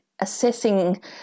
assessing